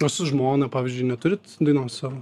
o su žmona pavyzdžiui neturit dainos savo